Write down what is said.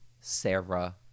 Sarah